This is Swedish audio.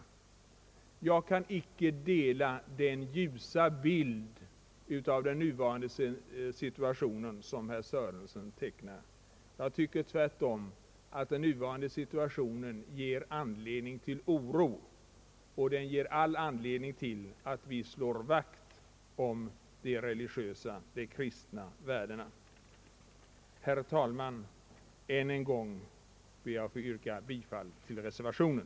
För min del kan jag icke vitsorda den ljusa bild av den nuvarande situationen som herr Sörenson tecknar, Jag tycker tvärtom att den nuvarande situationen ger anledning till oro, och den ger oss all anledning att slå vakt om de kristna värdena. Herr talman! Än en gång ber jag ait få yrka bifall till reservationen.